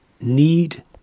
need